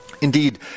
Indeed